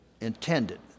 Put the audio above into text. intended